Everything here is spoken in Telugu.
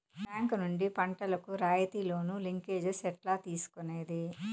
బ్యాంకు నుండి పంటలు కు రాయితీ లోను, లింకేజస్ ఎట్లా తీసుకొనేది?